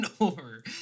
over